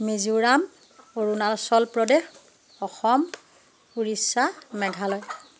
Mizoram Arunachal Pradesh Assam Orissa Meghalaya